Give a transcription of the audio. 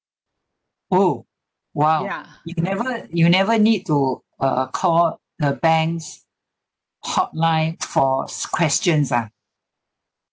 oh !wow! you never you never need to uh call the banks hotline for questions ah